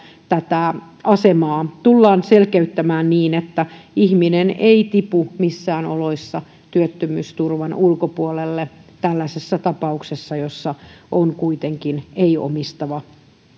tätä asemaa tullaan selkeyttämään niin että ihminen ei tipu missään oloissa työttömyysturvan ulkopuolelle tällaisessa tapauksessa jossa on kuitenkin ei omistava